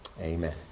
Amen